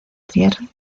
cierre